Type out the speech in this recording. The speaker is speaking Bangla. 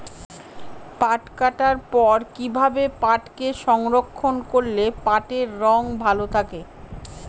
পাট কাটার পর কি ভাবে পাটকে সংরক্ষন করলে পাটের রং ভালো থাকে?